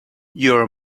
your